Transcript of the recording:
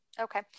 Okay